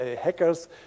hackers